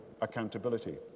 accountability